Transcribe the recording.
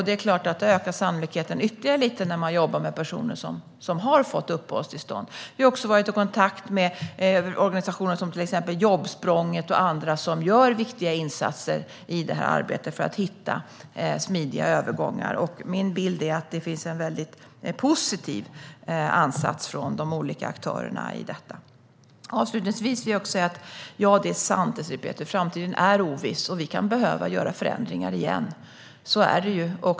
Det är klart att sannolikheten ökar ytterligare när man jobbar med personer som har fått uppehållstillstånd. Vi har också varit i kontakt med organisationer som Jobbsprånget och andra som gör viktiga insatser i arbetet för att hitta smidiga övergångar. Min bild är att det finns en positiv ansats från de olika aktörerna i detta. Avslutningsvis är det sant, Désirée Pethrus, att framtiden är oviss. Vi kan behöva göra förändringar igen. Så är det.